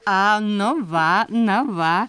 a nu va na va